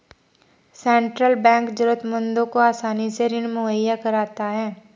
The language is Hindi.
सेंट्रल बैंक जरूरतमंदों को आसानी से ऋण मुहैय्या कराता है